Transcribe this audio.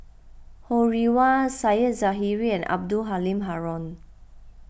Ho Rih Hwa Said Zahari and Abdul Halim Haron